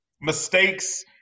mistakes